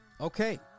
okay